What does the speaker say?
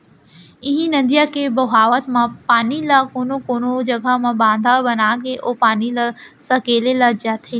इहीं नदिया के बोहावत पानी ल कोनो कोनो जघा म बांधा बनाके ओ पानी ल सकेले जाथे